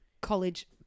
college